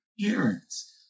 parents